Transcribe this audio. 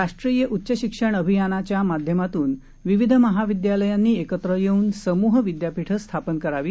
राष्ट्रीय उच्च शिक्षण अभियानाच्या माध्यमातून विविध महाविद्यालयांनी एकत्र येऊन समूह विद्यापीठं स्थापन करावित